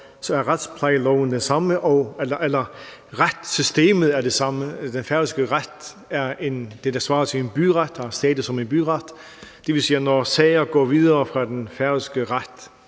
love på alle områder, så er retssystemet det samme. Den færøske ret er det, der svarer til en byret, og har status som en byret. Det vil sige, at når sager går videre fra den færøske ret,